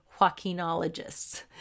Joaquinologists